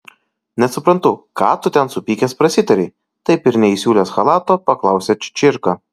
nesuprantu ką tu ten supykęs prasitarei taip ir neįsiūlęs chalato paklausė čičirka